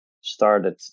started